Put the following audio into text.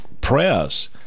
press